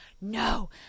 no